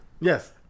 Yes